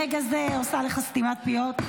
ברגע זה אני עושה לך סתימת פיות,